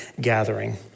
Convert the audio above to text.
gathering